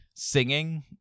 singing